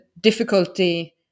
difficulty